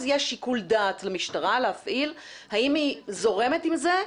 יש שיקול דעת למשטרה להפעיל האם היא זורמת עם זה,